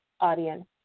audience